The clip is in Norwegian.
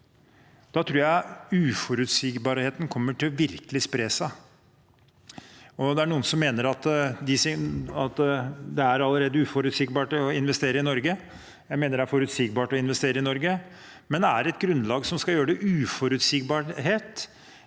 Da tror jeg uforutsigbarheten virkelig kommer til å spre seg. Noen mener at det allerede er uforutsigbart å investere i Norge. Jeg mener det er forutsigbart å investere i Norge. Men er det et grunnlag som kan gjøre det uforutsigbart,